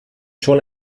schon